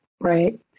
right